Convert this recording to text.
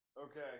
Okay